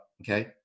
okay